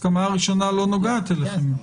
ההסכמה הראשונה לא נוגעת אליכם.